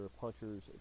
puncher's